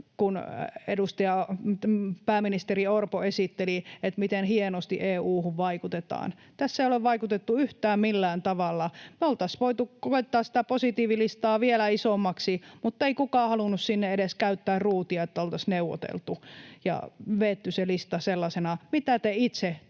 pääministeri Orpo esitteli, miten hienosti EU:hun vaikutetaan. Tässä ei ole vaikutettu yhtään millään tavalla. Me oltaisiin voitu koettaa sitä positiivilistaa vielä isommaksi, mutta ei kukaan halunnut edes käyttää ruutia sinne, että oltaisiin neuvoteltu ja vedetty se lista sellaisena kuin mitä te itse toivoitte